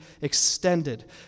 extended